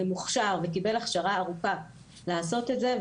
ומוכשר וקיבל הכשרה ארוכה לעשות את זה,